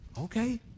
Okay